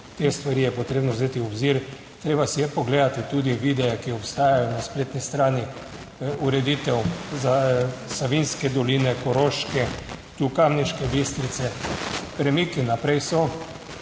Te stvari je potrebno vzeti v obzir, treba si je pogledati tudi videe, ki obstajajo na spletni strani. Ureditev Savinjske doline, Koroške, tu Kamniške Bistrice. Premiki naprej so,